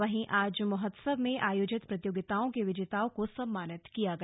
वहीं आज महोत्सव में आयोजित प्रतियोगिताओं के विजेताओं को सम्मानित किया गया